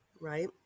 right